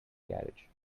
garage